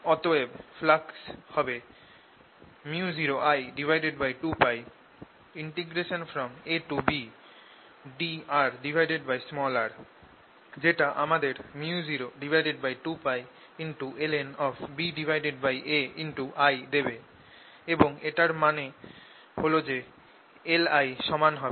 অতএব ফ্লাক্স হবে µ02πIabdrr যেটা আমাদের µ02π ln⁡I দেবে এবং এটার সমান LI হবে